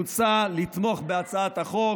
מוצע לתמוך בהצעת החוק,